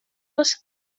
les